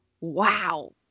wow